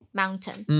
mountain